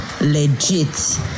legit